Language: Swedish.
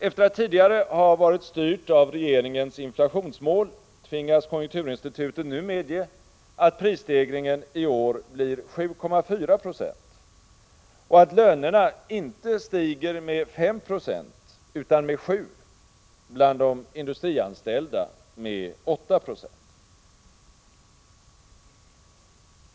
Efter att tidigare ha varit styrt av regeringens inflationsmål tvingas konjunkturinstitutet nu medge att prisstegringen i år blir 7,4 70 och att lönerna inte stiger med 590 utan med 7 — bland de industrianställda med 8 90.